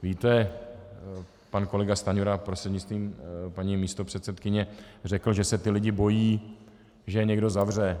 Víte, pan kolega Stanjura, prostřednictvím paní místopředsedkyně, řekl, že se ti lidé bojí, že je někdo zavře.